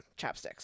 chapsticks